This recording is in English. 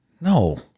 No